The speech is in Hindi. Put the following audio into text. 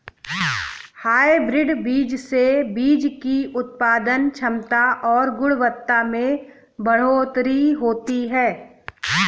हायब्रिड बीज से बीज की उत्पादन क्षमता और गुणवत्ता में बढ़ोतरी होती है